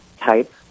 type